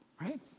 Right